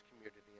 community